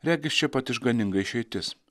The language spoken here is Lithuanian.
regis čia pat išganinga išeitis